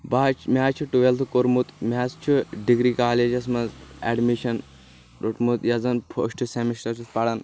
بہ حظ مےٚ حظ چھُ ٹُویلتھ کوٚرمُت مےٚ حظ چھ ڈگری کالیجس منٛز ایٚڈمِشن روٹمُت یتھ زَن فسٹ سیمسٹر چھُس پران